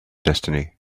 destiny